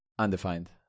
Undefined